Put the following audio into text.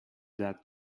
that